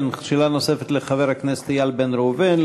כן, שאלה נוספת לחבר הכנסת איל בן ראובן.